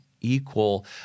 equal